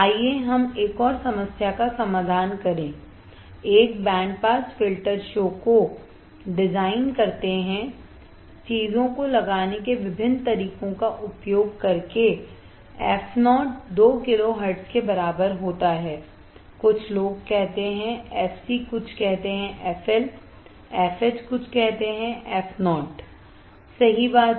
आइए हम एक और समस्या का समाधान करते हैं एक बैंड पास फ़िल्टर शो को डिज़ाइन करते हैं चीजों को लगाने के विभिन्न तरीकों का उपयोग करके fo 2 किलो हर्ट्ज के बराबर होता है कुछ लोग कहते हैं fc कुछ कहते हैं FL fH कुछ कहते हैं fo सही बात है